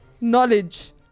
knowledge